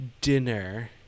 dinner